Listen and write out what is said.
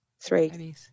three